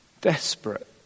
desperate